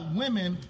women